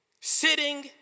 Sitting